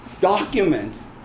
documents